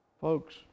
Folks